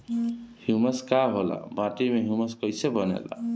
Humus का होला माटी मे ह्यूमस कइसे बनेला?